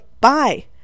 bye